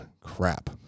crap